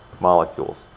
molecules